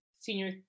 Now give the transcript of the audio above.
senior